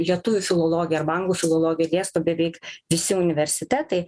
lietuvių filologiją arba anglų filologiją dėsto beveik visi universitetai